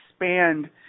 expand